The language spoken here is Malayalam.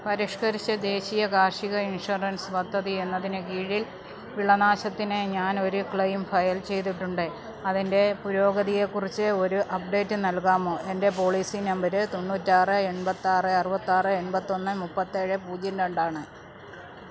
പരിഷ്കരിച്ച ദേശീയ കാർഷിക ഇൻഷുറൻസ് പദ്ധതി എന്നതിന് കീഴിൽ വിളനാശത്തിന് ഞാൻ ഒരു ക്ലെയിം ഫയൽ ചെയ്തിട്ടുണ്ട് അതിൻ്റെ പുരോഗതിയെ കുറിച്ച് ഒരു അപ്ഡേറ്റ് നൽകാമോ എൻ്റെ പോളിസി നമ്പർ തൊണ്ണൂറ്റാറ് എൺപത്താറ് അറുവത്താറ് എൺപത്തൊന്ന് മുപ്പത്തേഴ് പൂജ്യം രണ്ടാണ്